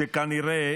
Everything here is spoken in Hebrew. שכנראה